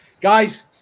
guys